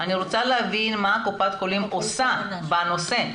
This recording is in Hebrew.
אני רוצה להבין מה קופת החולים עושה בנושא.